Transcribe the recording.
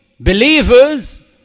Believers